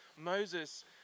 Moses